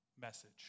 message